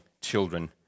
children